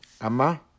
Ama